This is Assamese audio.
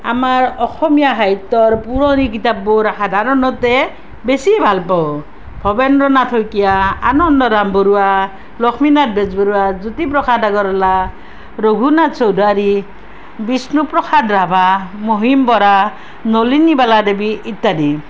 আমাৰ অসমীয়া সাহিত্য়ৰ পুৰণি কিতাপবোৰ সাধাৰণতে বেছি ভাল পাওঁ ভৱেন্দ্ৰনাথ শইকীয়া আনন্দৰাম বৰুৱা লক্ষ্মীনাথ বেজবৰুৱা জ্য়োতিপ্ৰসাদ আগৰৱালা ৰঘুনাথ চৌধাৰী বিষ্ণুপ্ৰসাদ ৰাভা মহিম বৰা নলিনীবালা দেৱী ইত্য়াদি